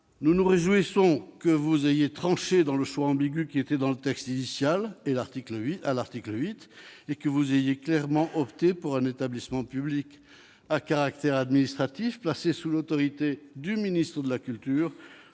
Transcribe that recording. Nous nous réjouissons que vous ayez tranché l'ambiguïté que contenait le texte initial à l'article 8 et que vous ayez clairement opté pour un établissement public à caractère administratif, placé sous l'autorité du ministre de la culture